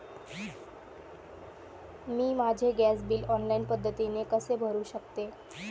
मी माझे gas bill online पद्धतीने कसे भरु शकते?